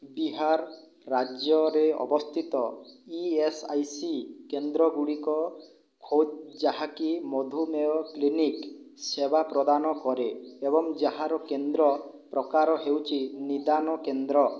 ବିହାର ରାଜ୍ୟରେ ଅବସ୍ଥିତ E S I C କେନ୍ଦ୍ର ଗୁଡ଼ିକ ଖୋଜ ଯାହାକି ମଧୁମେହ କ୍ଲିନିକ୍ ସେବା ପ୍ରଦାନ କରେ ଏବଂ ଯାହାର କେନ୍ଦ୍ର ପ୍ରକାର ହେଉଛି ନିଦାନ କେନ୍ଦ୍ର